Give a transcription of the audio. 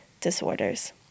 disorders